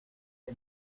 que